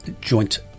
joint